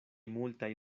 multaj